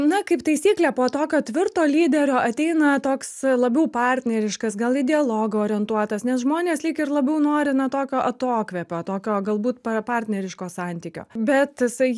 na kaip taisyklė po tokio tvirto lyderio ateina toks labiau partneriškas gal į dialogą orientuotas nes žmonės lyg ir labiau nori na tokio atokvėpio tokio galbūt partneriško santykio bet jisai